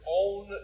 own